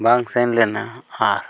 ᱵᱟᱝ ᱥᱮᱱ ᱞᱮᱱᱟ ᱟᱨ